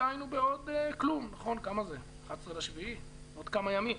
דהיינו בעוד כמה ימים.